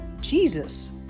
Jesus